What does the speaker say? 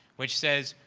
which says,